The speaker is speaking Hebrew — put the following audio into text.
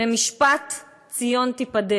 במשפט ציון תיפדה.